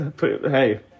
hey